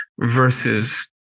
versus